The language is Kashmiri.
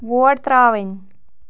ووٹ ترٛاوٕنۍ